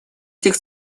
этих